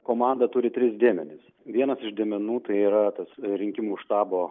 komanda turi tris dėmenis vienas iš dėmenų tai yra tas rinkimų štabo